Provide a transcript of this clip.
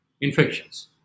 infections